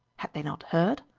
had they not heard?